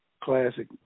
classic